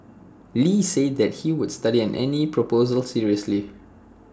lee said that he would study any proposal seriously